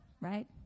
Right